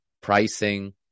pricing